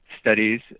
studies